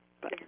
Bye